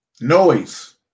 noise